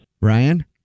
ryan